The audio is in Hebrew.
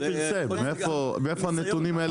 מאיפה הנתונים האלה?